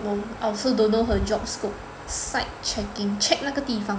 oh I also don't know her job scope site checking check 那个地方